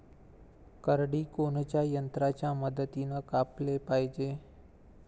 करडी कोनच्या यंत्राच्या मदतीनं कापाले पायजे?